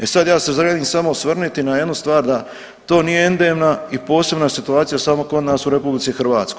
E sad ja se želim samo osvrnuti na jednu stvar da to nije endemna i posebna situacija samo kod nas u RH.